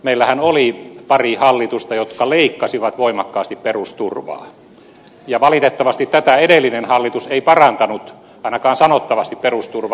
meillähän oli pari hallitusta jotka leikkasivat voimakkaasti perusturvaa ja valitettavasti tätä edellinen hallitus ei parantanut ainakaan sanottavasti perusturvaa